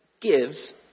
gives